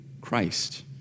Christ